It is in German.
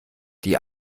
die